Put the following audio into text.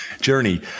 journey